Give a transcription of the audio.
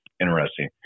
interesting